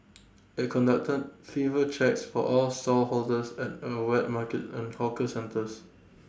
IT conducted fever checks for all stallholders at at wet market and hawker centres